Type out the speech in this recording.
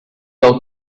del